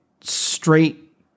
straight